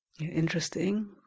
interesting